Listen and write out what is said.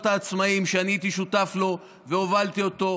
העצמאים שאני הייתי שותף לו והובלתי אותו,